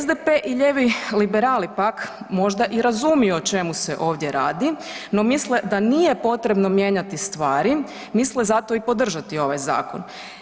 SDP i lijevi liberali pak možda i razumiju o čemu se ovdje radi, no misle da nije potrebno mijenjati stvari, misle zato i podržati ovaj zakon.